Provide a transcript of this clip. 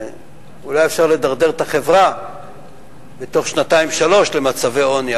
אולי אפשר לדרדר את החברה בתוך שנתיים-שלוש למצבי עוני,